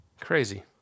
crazy